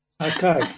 okay